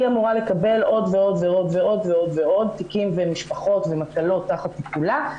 היא אמורה לקבל עוד ועוד ועוד ועוד תיקים ומשפחות ומטלות תחת טיפולה.